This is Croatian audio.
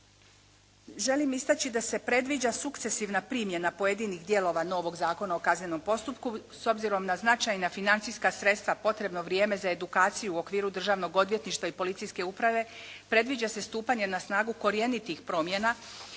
Želim istaći da se predviđa sukcesivna primjena pojedinih dijelova novog Zakona o kaznenog postupku s obzirom na značajna financijska sredstva, potrebno vrijeme za edukaciju u okviru Državnog odvjetništva i policijske uprave. Predviđa se stupanje na snagu korjenitih promjena